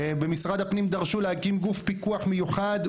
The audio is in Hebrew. "במשרד הפנים דרשו להקים גוף פיקוח מיוחד,